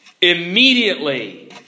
Immediately